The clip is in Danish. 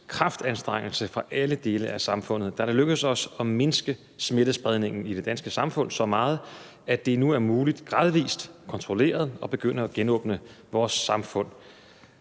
kraftanstrengelse fra alle dele af samfundet er det lykkedes os at mindske smittespredningen i det danske samfund så meget, at det nu er muligt gradvis og kontrolleret at begynde at genåbne vores samfund.